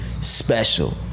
special